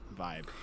vibe